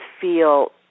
feel